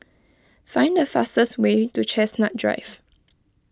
find the fastest way to Chestnut Drive